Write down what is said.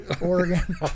Oregon